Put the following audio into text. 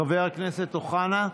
חבר הכנסת אוחנה,